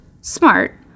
Smart